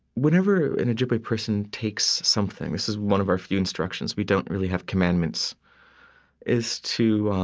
whenever an ojibwe person takes something this is one of our few instructions we don't really have commandments is to,